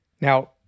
Now